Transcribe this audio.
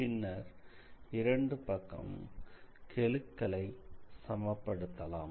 பின்னர் இரண்டு பக்கமும் கெழுக்களை சமப்படுத்தலாம்